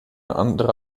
andere